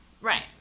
Right